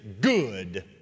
good